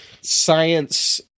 Science